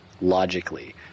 logically